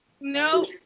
No